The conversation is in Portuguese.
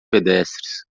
pedestres